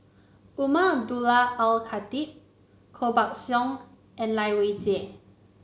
Umar Abdullah Al Khatib Koh Buck Song and Lai Weijie